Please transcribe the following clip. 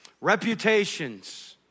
reputations